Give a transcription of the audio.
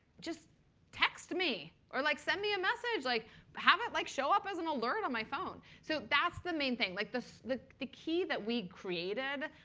just text me or like send me a message. like have it like show up as an alert on my phone. so that's the main thing. like the the key that we'd created,